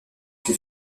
fut